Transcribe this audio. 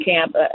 camp